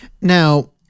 Now